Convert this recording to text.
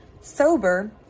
sober